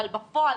אבל בפועל,